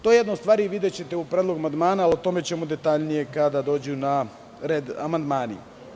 To je jedna od stvari, videćete u predlogu amandmana, a o tome ćemo detaljnije kada dođu na red amandmani.